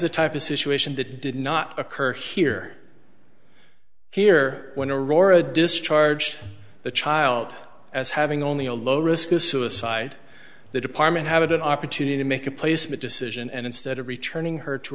the type of situation that did not occur here here when aurora discharged the child as having only a low risk of suicide the department have an opportunity to make a placement decision and instead of returning her to